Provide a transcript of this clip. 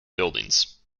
buildings